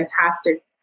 fantastic